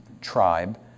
tribe